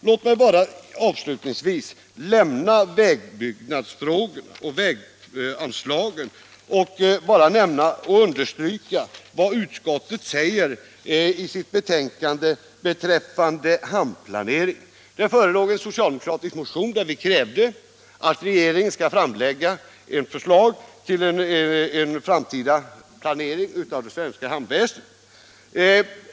Låt mig avslutningsvis lämna vägfrågorna och bara understryka vad utskottet säger i sitt betänkande beträffande hamnplanering. Det förelåg en socialdemokratisk motion, i vilken vi krävde att regeringen skulle framlägga ett förslag till framtida planering av det svenska hamnväsendet.